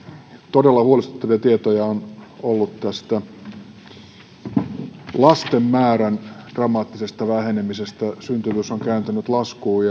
todella huolestuttavia tietoja on ollut tästä lasten määrän dramaattisesta vähenemisestä syntyvyys on kääntynyt laskuun